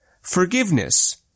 forgiveness